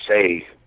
say